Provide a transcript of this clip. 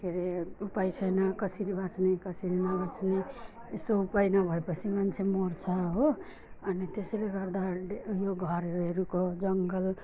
के हरे उपाय छैन कसरी बाँच्ने कसरी नबाँच्ने यस्तो उपाय नभए पछि मान्छे मर्छ हो अनि त्यसैले गर्दा डे यो घरहरूको जङ्गल